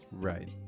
Right